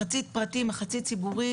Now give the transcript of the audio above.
מחצית פרטי, מחצית ציבורי.